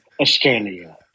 Australia